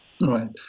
Right